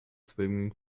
swimming